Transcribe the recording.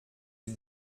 une